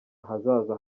ahazaza